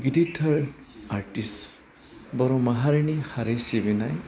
गिदितथार artist बर' माहारिनि हारि सिबिनाय